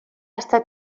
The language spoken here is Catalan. estat